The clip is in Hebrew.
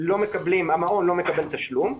המעון לא מקבל תשלום,